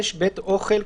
בית אוכל,